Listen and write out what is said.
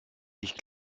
ich